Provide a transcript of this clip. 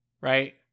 right